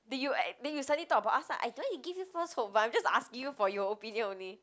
that you that you suddenly talk about us ah I don't want to give you false hope but I'm just asking you for your opinion only